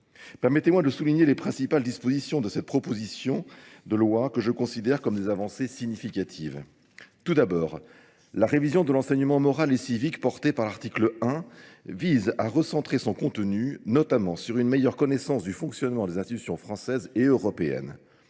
Permettez-moi de souligner les principales dispositions de cette proposition de loi que je considère comme des avancées significatives. Tout d'abord, la révision de l'enseignement moral et civique porté par l'article 1 vise à recentrer son contenu, notamment sur une meilleure connaissance du fonctionnement des institutions françaises et européennes.